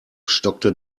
stockte